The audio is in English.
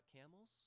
camels